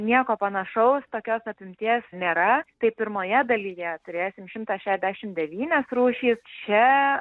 nieko panašaus tokios apimties nėra tai pirmoje dalyje turėsim šimtą šešdešim devynias rūšys čia